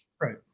right